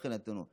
מבחינתנו,